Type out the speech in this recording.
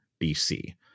BC